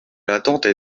l’attente